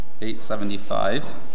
875